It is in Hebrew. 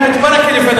שמעתי גם את ברכה לפניו.